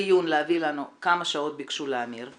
להביא לנו לדיון כמה שעות ביקשו להמיר,